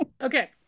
Okay